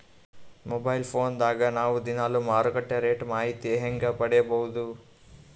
Mobile phone ದಾಗ ನಾವು ದಿನಾಲು ಮಾರುಕಟ್ಟೆ ರೇಟ್ ಮಾಹಿತಿ ಹೆಂಗ ಪಡಿಬಹುದು?